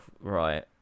right